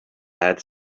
had